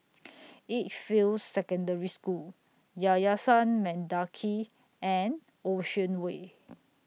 Edgefield Secondary School Yayasan Mendaki and Ocean Way